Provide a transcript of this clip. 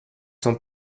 sont